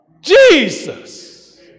Jesus